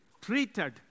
treated